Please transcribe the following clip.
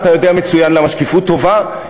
אתה יודע מצוין למה שקיפות טובה,